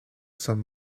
son